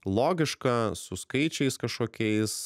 logiška su skaičiais kažkokiais